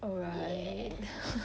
alright